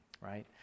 right